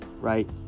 right